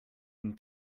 and